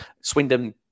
Swindon